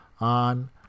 On